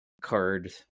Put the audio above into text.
card